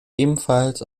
ebenfalls